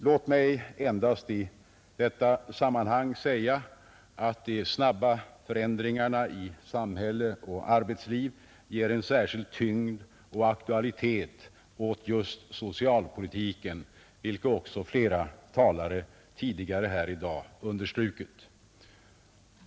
Låt mig endast i detta sammanhang säga att de snabba förändringarna i samhälle och arbetsliv ger en särskild tyngd och aktualitet åt just socialpolitiken, vilket också flera talare tidigare här i dag har understrukit.